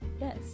Yes